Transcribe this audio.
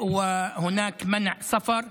גם החוק הזה,